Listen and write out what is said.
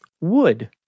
Wood